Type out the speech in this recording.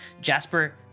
Jasper